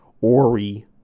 Ori